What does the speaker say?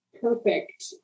perfect